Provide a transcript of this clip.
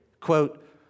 Quote